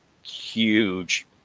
huge